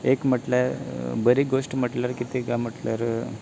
एक म्हटल्या बरी गोश्ट म्हटल्यार कितें काय म्हटल्यार